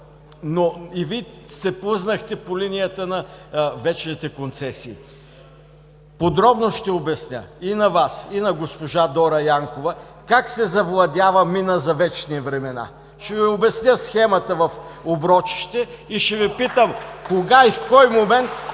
но и Вие се плъзнахте по линията на вечните концесии. Подробно ще обясня и на вас, и на госпожа Дора Янкова, как се завладява мина за вечни времена, ще Ви обясня схемата в Оброчище и ще Ви питам: кога и в кой момента